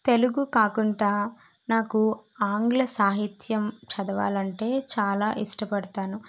తెలుగు కాకుండా నాకు ఆంగ్ల సాహిత్యం చదవాలంటే చాలా ఇష్టపడతాను